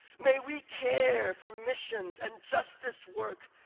may we care for missions and justice work.